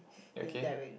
okay